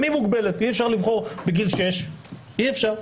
גם היא מוגבלת ואי אפשר לבחור בגיל 6. אי אפשר.